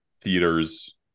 theaters